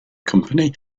company